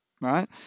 right